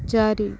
ଚାରି